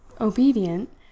Obedient